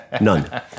None